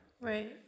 Right